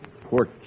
Poor